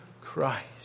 Christ